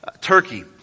Turkey